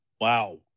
Wow